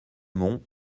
mont